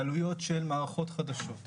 העלויות של מערכות חדשות,